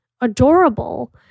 adorable